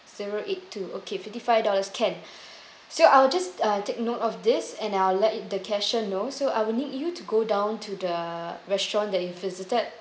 zero eight two okay fifty five dollars can so I will just uh take note of this and I'll let the cashier know so I will need you to go down to the restaurant that you visited